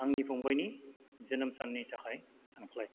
आंनि फंबायनि जोनोम साननि थाखाय सानख्लाय